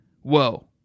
Whoa